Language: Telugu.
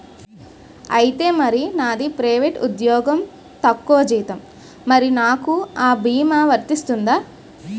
ఐతే మరి నాది ప్రైవేట్ ఉద్యోగం తక్కువ జీతం మరి నాకు అ భీమా వర్తిస్తుందా?